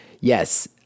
yes